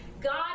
God